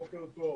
בוקר טוב,